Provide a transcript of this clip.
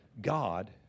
God